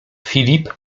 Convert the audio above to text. filip